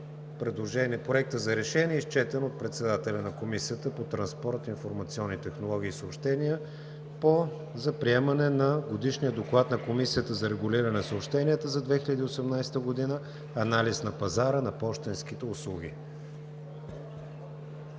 на Проекта за решение, изчетен от председателя на Комисията по транспорт, информационни технологии и съобщения, за приемане на Годишния доклад на Комисията за регулиране на съобщенията за 2018 г. – „Анализ на пазара на пощенските услуги“.